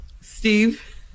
Steve